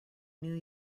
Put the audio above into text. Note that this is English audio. new